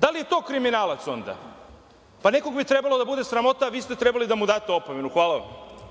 Da li je to kriminalac onda? Pa nekog bi trebalo da bude sramota, a vi ste trebali da mu date opomenu. Hvala vam.